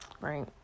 Right